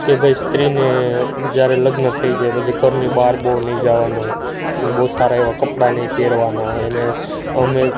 કે ભાઈ સ્ત્રીને જ્યારે લગ્ન થઈ જાય પછી ઘરની બહાર બહુ નહીં જવાનું તેને બહુ સારા એવા કપડા નહીં પહેરવાના એને અમે